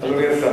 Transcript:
הוא מפריע.